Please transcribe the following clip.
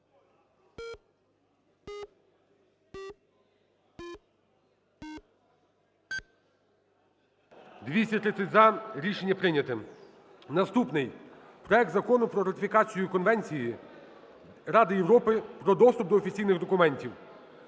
За-230 Рішення прийнято. Наступний – проект Закону про ратифікацію Конвенції Ради Європи про доступ до офіційних документів.